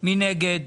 מי נגד?